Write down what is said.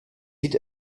sieht